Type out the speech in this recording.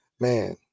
man